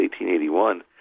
1881